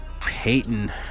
Peyton